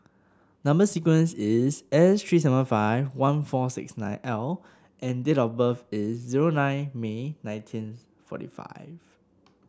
number sequence is S three seven five one four six nine L and date of birth is zero nine May nineteenth forty five